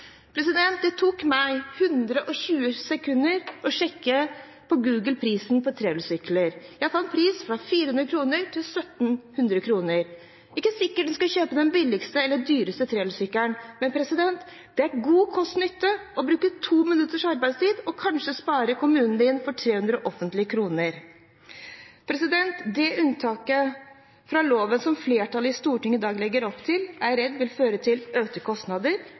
kr. Det tok meg 120 sekunder å sjekke på Google priser på trehjulssykler. Jeg fant priser fra 400 kr til 1 700 kr. Det er ikke sikkert man skal kjøpe den billigste, eller den dyreste trehjulssykkelen, men det er god kost–nytte å bruke 2 minutter av arbeidstiden og kanskje spare kommunen din for 300 offentlige kroner. Det unntaket fra loven som flertallet i Stortinget i dag legger opp til, er jeg redd vil føre til økte kostnader,